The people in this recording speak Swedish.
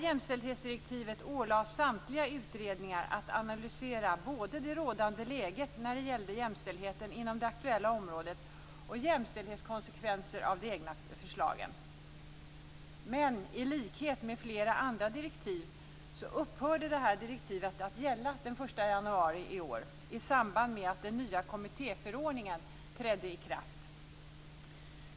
Jämställdhetsdirektivet ålade samtliga utredningar att analysera det rådande läget när det gällde både jämställdheten inom det aktuella området och jämställdhetskonsekvenser av de egna förslagen. Men i likhet med flera andra direktiv upphörde detta direktiv att gälla den 1 januari i år i samband med att den nya kommittéförordningen trädde i kraft.